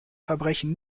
verbrechen